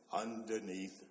underneath